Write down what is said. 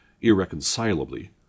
irreconcilably